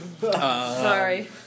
Sorry